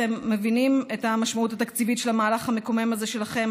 אתם מבינים את המשמעות התקציבית של המהלך המקומם הזה שלכם?